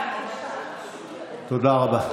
תודה רבה.